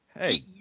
Hey